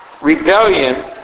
rebellion